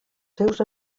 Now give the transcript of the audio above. seus